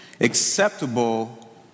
acceptable